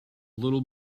little